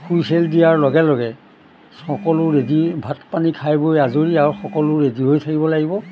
whistle দিয়াৰ লগে লগে সকলো ৰেডি ভাত পানী খাই বৈ আজৰি আৰু সকলো ৰেডি হৈ থাকিব লাগিব